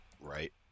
Right